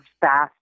fast